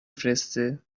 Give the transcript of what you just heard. فرسته